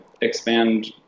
expand